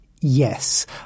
Yes